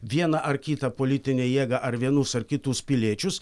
vieną ar kitą politinę jėgą ar vienus ar kitus piliečius